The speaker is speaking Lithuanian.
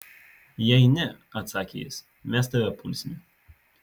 jei ne atsakė jis mes tave pulsime